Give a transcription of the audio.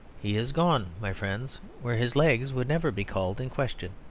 he is gone, my friends, where his legs would never be called in question.